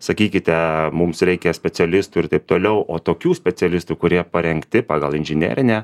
sakykite mums reikia specialistų ir taip toliau o tokių specialistų kurie parengti pagal inžinerinę